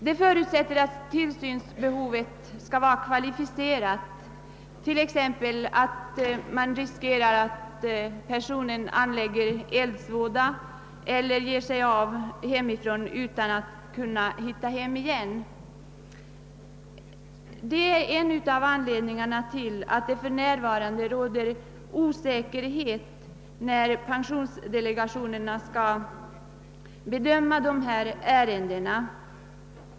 Det förutsättes att tillsynsbehovet skall vara kvalificerat, t.ex. att det föreligger risk för att vederbörande anlägger eldsvåda eller ger sig av hemifrån utan att kunna hitta hem igen. Detta är en av anledningarna till att det för närvarande råder osäkerbet när pensionsdelegationerna skall bedöma dessa ärenden.